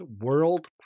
world